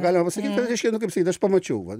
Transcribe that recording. galima pasakyt kad reiškia nu kaip sakyt aš pamačiau va